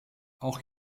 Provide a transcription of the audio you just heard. auch